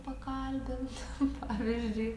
pakalbint nu pavyzdžiui